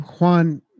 Juan